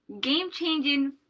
game-changing